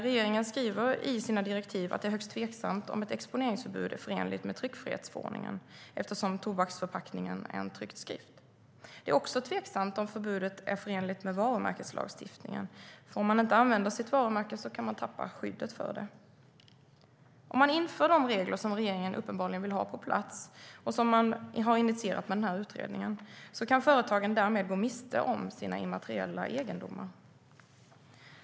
Regeringen skriver i sina direktiv att det är högst tveksamt om ett exponeringsförbud är förenligt med tryckfrihetsförordningen eftersom tobaksförpackningen är en tryckt skrift. Det är också tveksamt om förbudet är förenligt med varumärkeslagstiftningen. Om man inte använder sitt varumärke kan man tappa skyddet för det. Om man inför de regler som regeringen uppenbarligen vill ha på plats och som man har initierat med utredningen kan företagen därmed gå miste om sina immateriella egendomar.